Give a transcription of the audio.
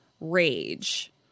rage